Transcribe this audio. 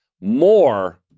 more